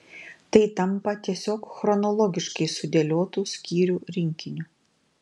tai tampa tiesiog chronologiškai sudėliotu skyrių rinkiniu